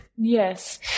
Yes